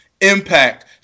Impact